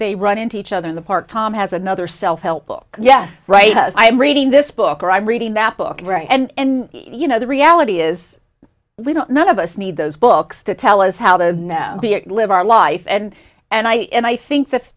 they run into each other in the park tom has another self help book yes right i'm reading this book or i'm reading that book and you know the reality is we don't none of us need those books to tell us how to live our life and and i and i think that